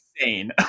insane